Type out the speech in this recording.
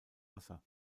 wasser